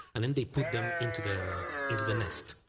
and then they put them into the into the nest,